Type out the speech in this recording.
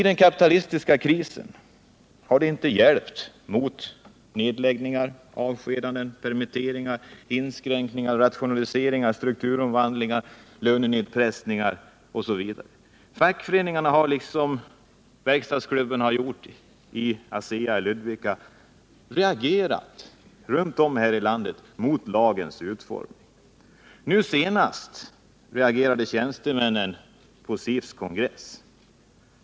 I den kapitalistiska krisen har den inte hjälpt mot nedläggningar, avskedanden, permitteringar, inskränkningar, rationaliseringar, strukturomvandlingar, lönenedpressningar osv. Fackföreningarna runt om i landet har, liksom verkstadsklubben vid ASEA i Ludvika, reagerat mot lagens utformning. Senast reagerade tjänstemännen på SIF:s kongress.